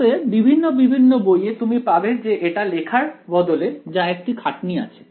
অতএব বিভিন্ন বিভিন্ন বইয়ে তুমি পাবে যে এটা লেখার বদলে যা একটু খাটনি আছে